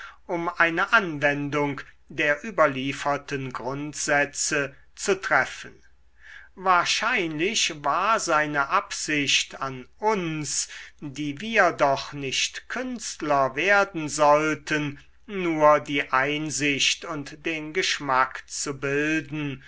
um eine anwendung der überlieferten grundsätze zu treffen wahrscheinlich war seine absicht an uns die wir doch nicht künstler werden sollten nur die einsicht und den geschmack zu bilden